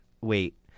wait